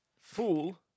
Fool